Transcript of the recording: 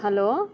hello